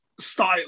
style